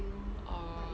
oh